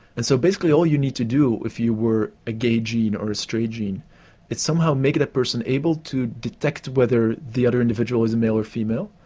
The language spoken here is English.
and so basically all you need to do if you were a gay gene or a straight gene is somehow make that person able to detect whether the other individual is male or female.